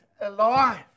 alive